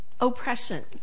oppression